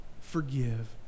forgive